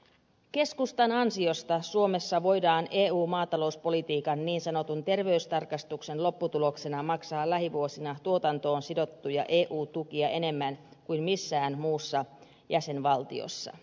keskustan ansiosta suomessa voidaan eu maatalouspolitiikan niin sanotun terveystarkastuksen lopputuloksena maksaa lähivuosina tuotantoon sidottuja eu tukia enemmän kuin missään muussa jäsenvaltiossa